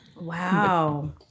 Wow